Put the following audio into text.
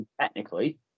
technically